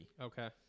Okay